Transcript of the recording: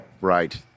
Right